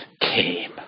came